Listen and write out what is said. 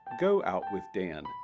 GoOutWithDan